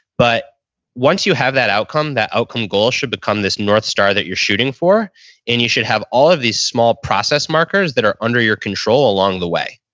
but once you have that outcome, that outcome goal should become this north star that you're shooting for and you should have all of these process markers that are under your control along the way.